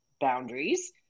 boundaries